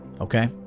Okay